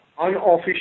unofficial